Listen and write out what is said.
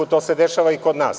To se dešava i kod nas.